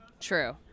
True